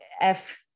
F-